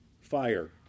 fire